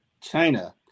China